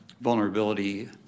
vulnerability